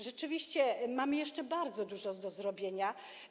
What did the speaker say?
Rzeczywiście mamy jeszcze bardzo dużo do zrobienia.